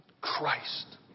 Christ